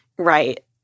Right